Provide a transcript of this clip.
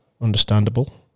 understandable